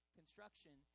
construction